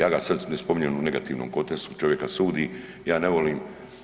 Ja ga sada ne spominjem u negativnom kontekstu, čovjeka sudi, ja ne volim.